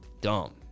Dumb